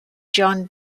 john